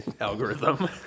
algorithm